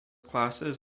classes